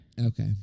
Okay